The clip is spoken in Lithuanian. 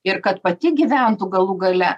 ir kad pati gyventų galų gale